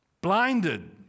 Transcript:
blinded